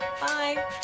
Bye